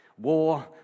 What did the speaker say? war